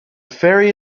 ferry